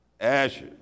ashes